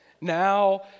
Now